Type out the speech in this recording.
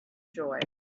joy